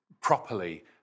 properly